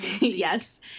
yes